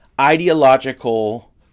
ideological